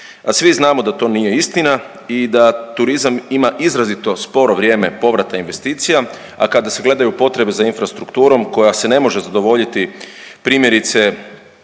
svi znamo da to nije istina i da turizam ima izrazito sporo vrijeme povrata investicija, a kada se gledaju potrebe za infrastrukturom koja se ne može zadovoljiti, primjerice,